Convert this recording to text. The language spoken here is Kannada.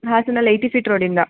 ಹಾಸನದಲ್ ಏಯ್ಟಿ ಫೀಟ್ ರೋಡಿಂದ